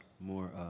more